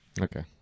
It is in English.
Okay